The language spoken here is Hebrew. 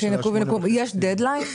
יש דד ליין?